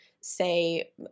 say